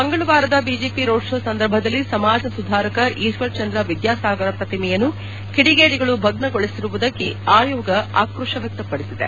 ಮಂಗಳವಾರದ BJP road show ಸಂದರ್ಭದಲ್ಲಿ ಸಮಾಜ ಸುಧಾರಕ ಈಶ್ವರಚಂದ್ರ ವಿದ್ಯಾಸಾಗರ ಪ್ರತಿಮೆಯನ್ನು ಕಿಡಿಗೇಡಿಗಳು ಭಗ್ತಗೊಳಿಸಿರುವುದಕ್ಕೆ ಆಯೋಗ ಆಕ್ರೋಶ ವ್ಯಕ್ತಪದಿಸಿದೆ